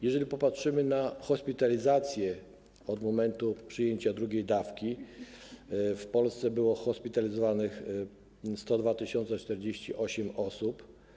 Jeżeli popatrzymy na hospitalizacje od momentu przyjęcia drugiej dawki, w Polsce było hospitalizowanych 102 048 osób.